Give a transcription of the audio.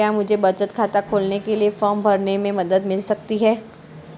क्या मुझे बचत खाता खोलने के लिए फॉर्म भरने में मदद मिल सकती है?